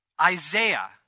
Isaiah